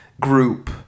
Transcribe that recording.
group